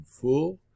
full